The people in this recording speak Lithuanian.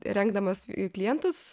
rengdamas klientus